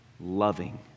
loving